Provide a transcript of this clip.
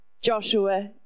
Joshua